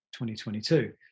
2022